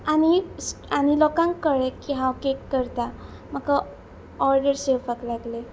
आनी लोकांक कळ्ळें की हांव केक करता म्हाका ऑर्डर येवपाक लागले